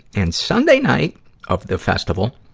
and sunday night of the festival,